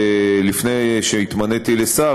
לפני שהתמניתי לשר,